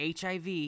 HIV